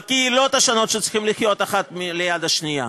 בקהילות השונות שצריכות לחיות אחת ליד השנייה,